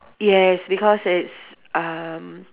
yes because it's um